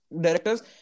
directors